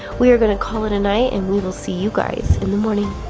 we are gonna call it a night and we will see you guys in the morning.